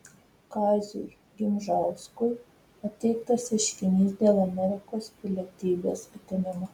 kaziui gimžauskui pateiktas ieškinys dėl amerikos pilietybės atėmimo